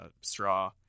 Straw